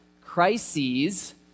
Crises